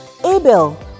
Abel